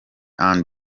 and